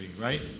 right